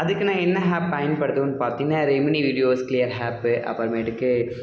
அதுக்கு நான் என்ன ஹேப் பயன்படுத்துவேன்னு பார்த்தீங்கன்னா ரெமினி வீடியோஸ் க்ளியர் ஹேப்பு அப்புறமேட்டுக்கு